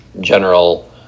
general